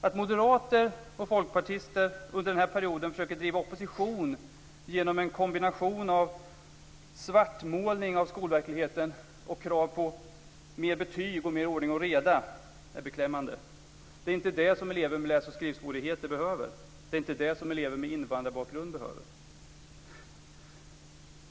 Att moderater och folkpartister under den här perioden försöker driva opposition genom en kombination av svartmålning av skolverkligheten och krav på mer betyg och mer ordning och reda är beklämmande. Det är inte det som elever med läs och skrivsvårigheter behöver. Det är inte det som elever med invandrarbakgrund behöver.